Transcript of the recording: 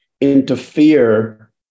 interfere